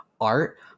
art